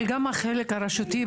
אבל גם החלק הרשותי,